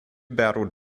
battled